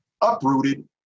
uprooted